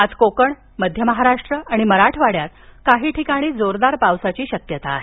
आज कोकण मध्य महाराष्ट्र आणि मराठवाड़यात काही ठिकाणी जोरदार पावसाची शक्यता आहे